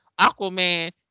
Aquaman